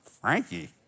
Frankie